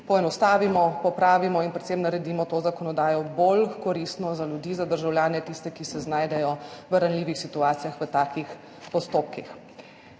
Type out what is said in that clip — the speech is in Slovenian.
poenostavimo, popravimo in predvsem naredimo to zakonodajo bolj koristno za ljudi, za državljane, tiste, ki se znajdejo v ranljivih situacijah v takih postopkih.